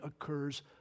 occurs